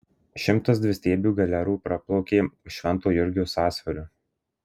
šimtas dvistiebių galerų praplaukė švento jurgio sąsiauriu